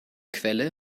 quelle